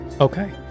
Okay